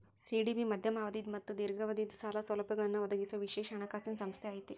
CDB ಮಧ್ಯಮ ಅವಧಿದ್ ಮತ್ತ ದೇರ್ಘಾವಧಿದ್ ಸಾಲ ಸೌಲಭ್ಯಗಳನ್ನ ಒದಗಿಸೊ ವಿಶೇಷ ಹಣಕಾಸಿನ್ ಸಂಸ್ಥೆ ಐತಿ